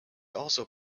also